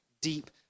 deep